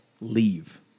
leave